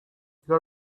got